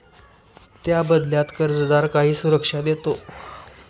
त्या बदल्यात कर्जदार काही सुरक्षा देतो